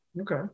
okay